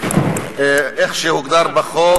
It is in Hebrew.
כמו שהוגדר בחוק,